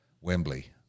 Wembley